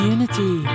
Unity